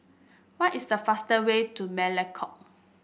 what is the fastest way to Melekeok